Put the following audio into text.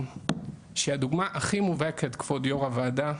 שהדוגמה הכי מובהקת כבוד יו"ר הוועדה,